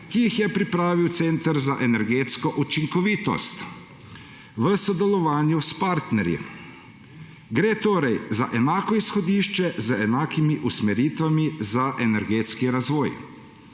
ki jih je pripravil Center za energetsko učinkovitost v sodelovanju s partnerji. Gre torej za enako izhodišče z enakimi usmeritvami za energetski razvoj.